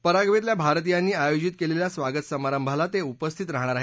पराग्वेतल्या भारतियांनी आयोजित केलेल्या स्वागत समारंभाला ते उपस्थित राहणार आहेत